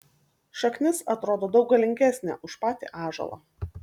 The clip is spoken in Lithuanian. šaknis atrodo daug galingesnė už patį ąžuolą